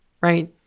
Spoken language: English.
right